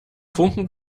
funken